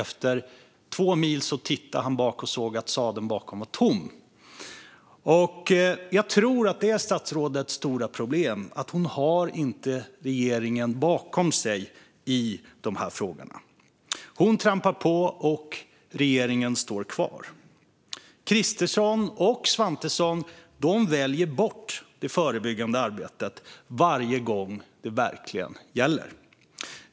Efter två mil tittade han bakåt och såg att sadeln bakom var tom. Jag tror att statsrådets stora problem är att hon inte har regeringen bakom sig i de här frågorna. Hon trampar på, men regeringen står kvar. Kristersson och Svantesson väljer bort det förebyggande arbetet varje gång det verkligen gäller.